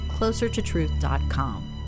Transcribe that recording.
Closertotruth.com